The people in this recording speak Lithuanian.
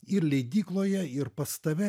ir leidykloje ir pas tave